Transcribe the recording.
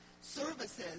services